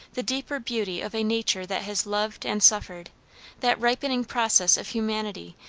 the deeper beauty of a nature that has loved and suffered that ripening process of humanity,